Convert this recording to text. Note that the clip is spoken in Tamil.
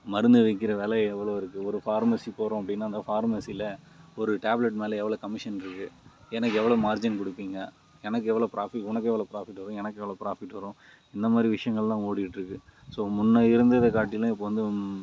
மருந்து விற்கிற விலை எவ்வளோ இருக்குது ஒரு பார்மஸி போகிறோம் அப்படின்னா அந்த பார்மஸியில் ஒரு டேப்லெட் மேலே எவ்வளோ கமிஷன் இருக்குது எனக்கு எவ்வளோ மார்ஜின் கொடுப்பீங்க எனக்கு எவ்வளோ ப்ராஃபிட் உனக்கு எவ்வளோ ப்ராஃபிட் வரும் எனக்கு எவ்வளோ ப்ராஃபிட் வரும் இந்த மாதிரி விஷயங்கள்லாம் ஓடிகிட்டு இருக்குது ஸோ முன்னே இருந்ததை காட்டிலும் இப்போது வந்து